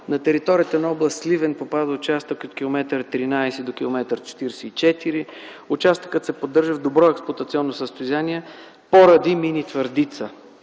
На територията на област Сливен попада участък от километър 13 до километър 44. Участъкът се поддържа в добро експлоатационно състояние заради мини „Твърдица”.